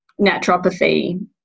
naturopathy